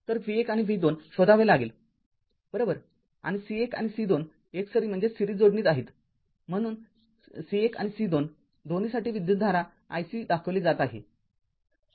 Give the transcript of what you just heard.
तर v १ आणि v२ शोधावे लागेल बरोबर आणि C १ आणि C२ एकसरी जोडणीत आहेतम्हणून C १आणि C2 दोन्हीसाठी विद्युतधारा iC दाखविली जात आहे